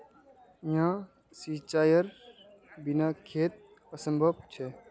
क्याँ सिंचाईर बिना खेत असंभव छै?